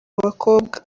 bakobwa